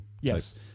Yes